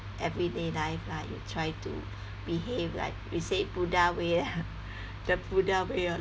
everyday life lah you try to behave like we said buddha way ah the buddha way of